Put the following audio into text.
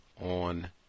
on